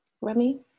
Remy